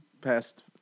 past